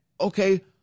okay